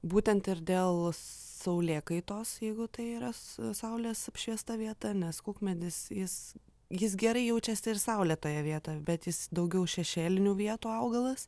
būtent ir dėl saulėkaitos jeigu tai yra saulės apšviesta vieta nes kukmedis jis jis gerai jaučiasi ir saulėtoje vietoje bet jis daugiau šešėlinių vietų augalas